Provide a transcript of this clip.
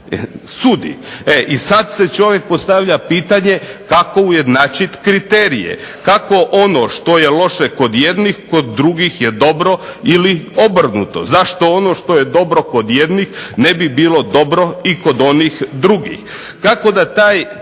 I sada čovjek postavlja pitanje kako ujednačiti kriterije, kako ono što je loše kod jednih i kod drugih je dobro ili obrnuto. Zašto ono što je dobro kod jednih ne bi bilo dobro i kod drugih.